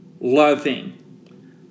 loving